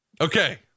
Okay